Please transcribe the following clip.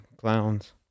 Clowns